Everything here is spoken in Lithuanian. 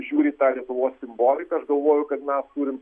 žiūri į tą lietuvos simboliką aš galvoju kad mes turim